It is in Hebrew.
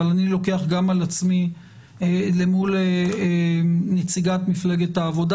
אבל אני לוקח גם על עצמי למול נציבת מפלגת העבודה